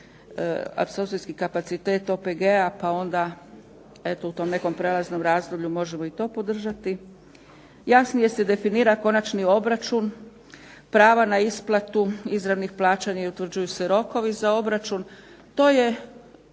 apsorbcijsku kapacitet OPG-a pa onda eto u tom nekom prelaznom razdoblju možemo i to podržati. Jasnije se definira konačni obračun prava na isplatu izravnih plaćanja i utvrđuju se rokovi za obračun,